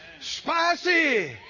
spicy